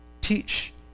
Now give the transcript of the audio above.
teach